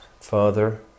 Father